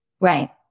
right